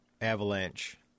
avalanche